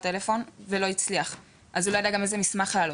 בטלפון ולא הצליח אז הוא גם לא יודע גם איזה מסמך להעלות.